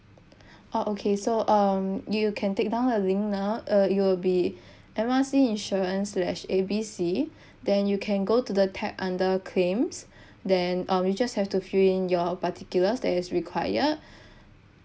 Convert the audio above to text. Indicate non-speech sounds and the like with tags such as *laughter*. *breath* orh okay so um you can take down the link now uh it will be M R C insurance slash A B C *breath* then you can go to the tap under claims *breath* then um we just have to fill in your particulars that is required *breath*